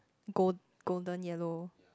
gold golden yellow